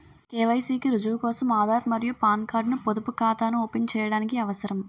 KYC కి రుజువు కోసం ఆధార్ మరియు పాన్ కార్డ్ ను పొదుపు ఖాతాను ఓపెన్ చేయడానికి అవసరం